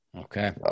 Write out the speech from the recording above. Okay